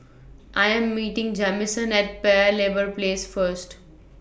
I Am meeting Jamison At Paya Lebar Place First